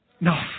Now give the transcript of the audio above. No